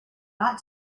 got